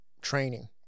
training